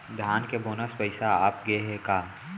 धान के बोनस के पइसा आप गे हे का?